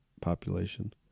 population